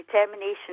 determination